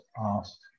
asked